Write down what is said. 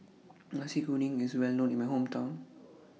Nasi Kuning IS Well known in My Hometown